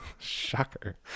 shocker